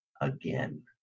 again